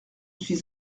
suis